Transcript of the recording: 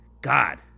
God